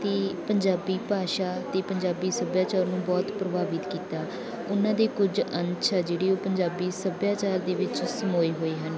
ਅਤੇ ਪੰਜਾਬੀ ਭਾਸ਼ਾ ਅਤੇ ਪੰਜਾਬੀ ਸੱਭਿਆਚਾਰ ਨੂੰ ਬਹੁਤ ਪ੍ਰਭਾਵਿਤ ਕੀਤਾ ਉਹਨਾਂ ਦੇ ਕੁਝ ਅੰਸ਼ ਆ ਜਿਹੜੇ ਉਹ ਪੰਜਾਬੀ ਸੱਭਿਆਚਾਰ ਦੇ ਵਿੱਚ ਸਮੋਏ ਹੋਏ ਹਨ